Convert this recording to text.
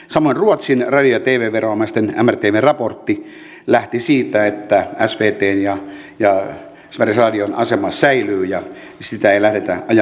samoin ruotsin radio ja tv viranomaisten mrtvn raportti lähti siitä että svtn ja sveriges radion asema säilyy ja sitä ei lähdetä ajamaan alas